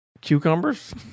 Cucumbers